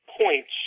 points